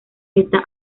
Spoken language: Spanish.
está